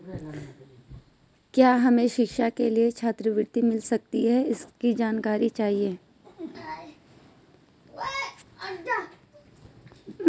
क्या हमें शिक्षा के लिए छात्रवृत्ति मिल सकती है इसकी जानकारी चाहिए?